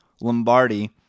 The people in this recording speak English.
Lombardi